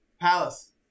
Palace